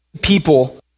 people